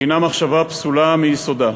הנה מחשבה פסולה מיסודה.